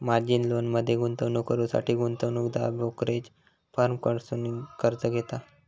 margin लोनमध्ये गुंतवणूक करुसाठी गुंतवणूकदार ब्रोकरेज फर्म कडसुन कर्ज घेता